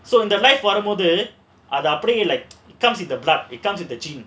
so in the life வரும்போது அது அப்டியே:varumpothu adhu apdiyae comes in the blood it comes with the gym